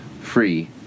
free